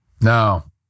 Now